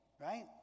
right